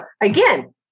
again